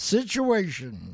Situation